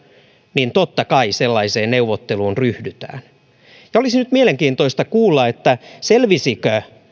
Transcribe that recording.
niin totta kai sellaiseen neuvotteluun ryhdytään olisi nyt mielenkiintoista kuulla selvisikö